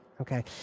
okay